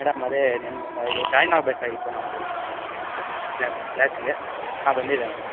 madam ಅದೇ ನಿನ್ನೆ ಇವು ಜಾಯ್ನ್ ಆಗಬೇಕಾಗಿತ್ತು ನಾವು ಕ್ಲಾಸ್ ಕ್ಲಾಸಿಗೆ ಹಾಂ ಬಂದಿದ್ದೆ ಮೇಡಮ್